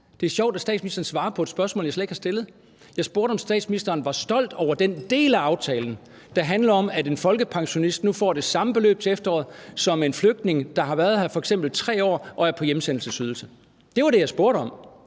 Det er sjovt, at statsministeren svarer på et spørgsmål, jeg slet ikke har stillet. Jeg spurgte, om statsministeren var stolt over den del af aftalen, der handler om, at en folkepensionist nu får det samme beløb til efteråret som en flygtning, der har været her i f.eks. 3 år og er på hjemsendelsesydelse – det var det, jeg spurgte om.